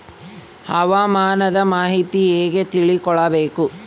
ಹವಾಮಾನದ ಮಾಹಿತಿ ಹೇಗೆ ತಿಳಕೊಬೇಕು?